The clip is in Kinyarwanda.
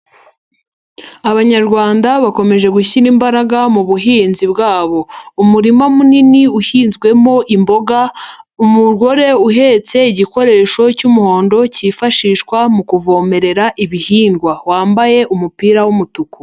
Abanyarwanda bakomeje gushyira imbaraga mu buhinzi bwabo. Umurima munini uhinzwemo imboga, umugore uhetse igikoresho cy'umuhondo cyifashishwa mu kuvomerera ibihingwa wambaye umupira w'umutuku.